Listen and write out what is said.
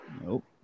Nope